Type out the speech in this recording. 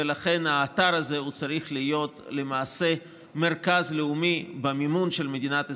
ולכן האתר הזה צריך להיות למעשה מרכז לאומי במימון של מדינת ישראל,